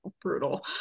brutal